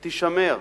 תישמר.